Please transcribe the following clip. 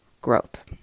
growth